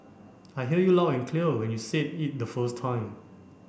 I hear you loud and clear when you said it the first time